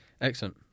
Excellent